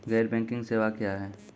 गैर बैंकिंग सेवा क्या हैं?